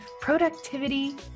productivity